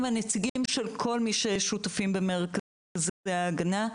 הנציגים של כל מי ששותפים במרכזי ההגנה,